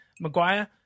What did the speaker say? Maguire